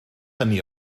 hynny